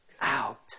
out